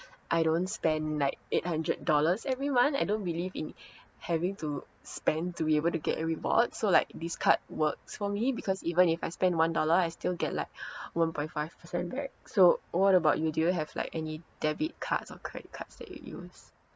I don't spend like eight hundred dollars every month I don't believe in having to spend to be able to get a reward so like this card works for me because even if I spend one dollar I still get like one point five percent back so what about you do you have like any debit cards or credit cards that you use